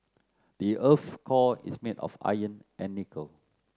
the earth's core is made of iron and nickel